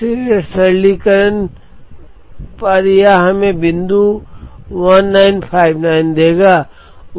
इसलिए सरलीकरण पर यह हमें बिंदु 1959 देगा